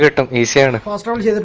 two and foster was yeah